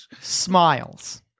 smiles